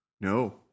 No